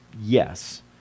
yes